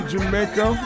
Jamaica